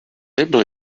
label